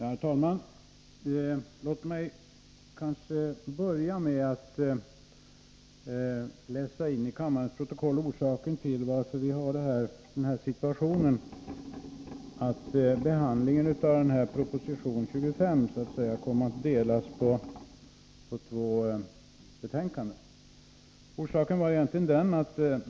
Herr talman! Låt mig börja med att läsa in till kammarens protokoll varför behandlingen av proposition 25 kom att delas upp på två betänkanden.